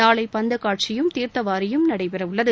நாளை பந்தக் காட்சியும் தீர்த்தவாரியும் நடைபெறவுள்ளது